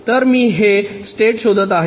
तर मी हे स्टेट शोधत आहे